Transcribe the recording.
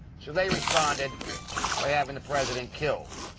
so they responded by having the president killed.